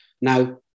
Now